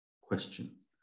question